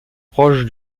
proche